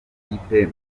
ikipe